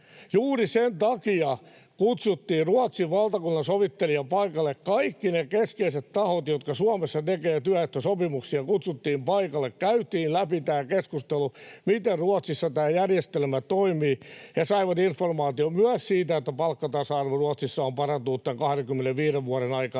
Juuri sen takia kutsuttiin paikalle Ruotsin valtakunnansovittelija ja kaikki ne keskeiset tahot, jotka Suomessa tekevät työehtosopimuksia, ja käytiin läpi tämä keskustelu, miten Ruotsissa tämä järjestelmä toimii. He saivat informaation — myös siitä, että palkkatasa-arvo Ruotsissa on parantunut tämän 25 vuoden aikana